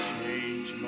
change